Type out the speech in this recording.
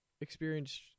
experienced